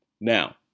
Now